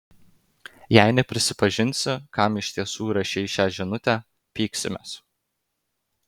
jei neprisipažinsi kam iš tiesų rašei šią žinutę pyksimės